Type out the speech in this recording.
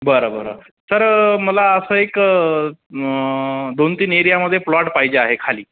बरं बरं सर मला असं एक दोन तीन एरियामध्ये प्लॉट पाहिजे आहे खाली